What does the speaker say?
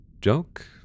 Joke